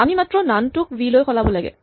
আমি মাত্ৰ নন টোক ভি লৈ সলাব লাগে